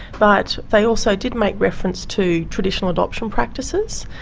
but they also did make reference to traditional adoption practices,